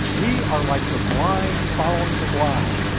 we are like the blind following the blind,